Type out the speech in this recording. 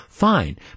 fine